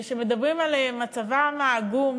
שמדברים על מצבם העגום,